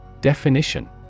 Definition